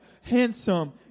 handsome